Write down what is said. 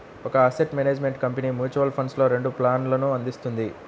ఒక asset management company mutual ఫండ్స్లో రెండు ప్లాన్లను అందిస్తుంది